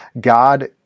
God